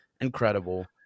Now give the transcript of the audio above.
incredible